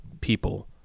people